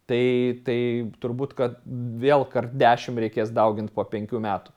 tai tai turbūt kad vėl kart dešim reikės daugint po penkių metų